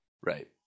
Right